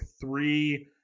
three